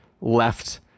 left